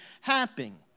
happening